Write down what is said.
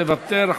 מוותר.